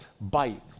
bite